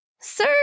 Sir